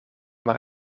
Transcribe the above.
maar